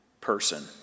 person